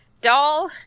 doll